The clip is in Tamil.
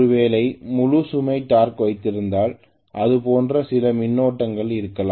ஒருவேளை முழு சுமை டார்க் வைத்திருந்தால் இது போன்ற சில மின்னோட்டங்கள் இருக்கும்